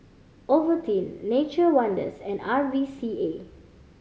Ovaltine Nature Wonders and R V C A